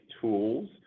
tools